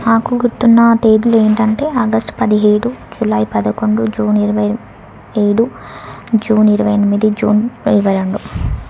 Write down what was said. నాకు గుర్తున్న తేదీలు ఏంటంటే ఆగస్ట్ పదిహేడు జులై పదకొండు జూన్ ఇరవై ఏడు జూన్ ఇరవై ఎనిమిది జూన్ ఇరవై రెండు